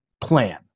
plan